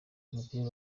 umupira